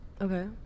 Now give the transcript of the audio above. Okay